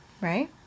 right